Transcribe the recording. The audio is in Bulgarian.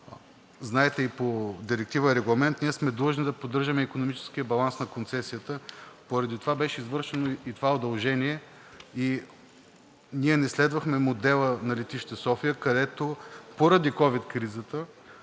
знаете и по Директива и Регламент ние сме длъжни да поддържаме икономическия баланс на концесията, поради това беше извършено и това удължение и ние не следвахме модела на летище София, където поради ковид кризата